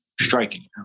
striking